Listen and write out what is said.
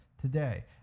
today